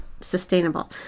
sustainable